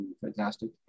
fantastic